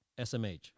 smh